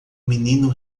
menino